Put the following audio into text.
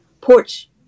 porch